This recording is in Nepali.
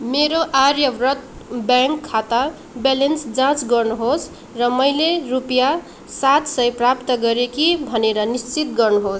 मेरो आर्यब्रत ब्याङ्क खाता ब्यालेन्स जाँच गर्नुहोस् र मैले रुपियाँ सात सय प्राप्त गरेँ कि भनेर निश्चित गर्नुहोस्